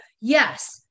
yes